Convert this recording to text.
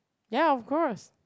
ya of course